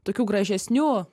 tokių gražesnių